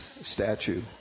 statue